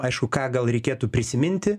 aišku ką gal reikėtų prisiminti